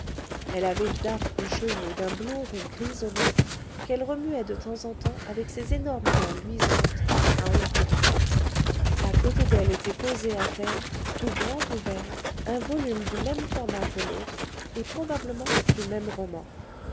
elle avait d'affreux cheveux d'un blond roux grisonnants qu'elle remuait de temps en temps avec ses énormes mains luisantes à ongles plats à côté d'elle était posé à terre tout grand ouvert un volume du même format que l'autre et probablement du même roman